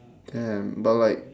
can but like